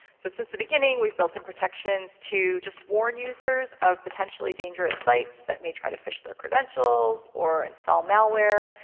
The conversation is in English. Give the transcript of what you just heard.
so since the beginning, we've built in protections to just warn users of potentially-dangerous sites that may try to phish their credentials or install malware,